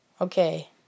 Okay